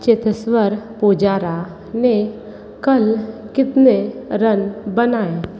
चेतेश्वर पुजारा ने कल कितने रन बनाए